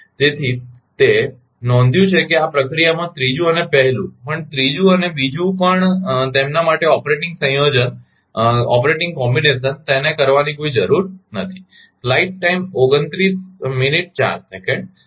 તેથી તે નોંધ્યું છે કે આ પ્રક્રિયામાં ત્રીજુ અને પહેલું પણ ત્રીજું અને બીજું પણ તેમના માટે ઓપરેટિંગ સંયોજન તેને કરવાની કોઇ જરૂર નથી